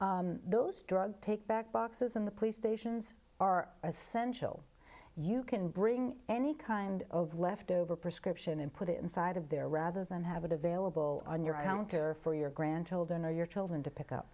yes those drug take back boxes in the police stations are essential you can bring any kind of leftover prescription and put it inside of there rather than have it available on your home for your grandchildren or your children to pick up